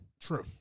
true